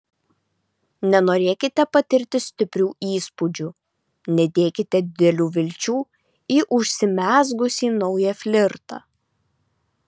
nenorėkite patirti stiprių įspūdžių nedėkite didelių vilčių į užsimezgusį naują flirtą